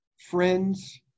friends